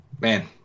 Man